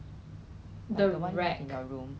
then is like getting masks from China